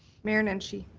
mayor nenshi?